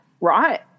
right